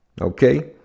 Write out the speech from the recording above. Okay